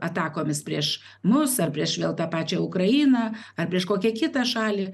atakomis prieš mus ar prieš vėl tą pačią ukrainą ar prieš kokią kitą šalį